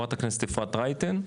חברת הכנסת אפרת רייטן,